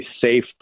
safe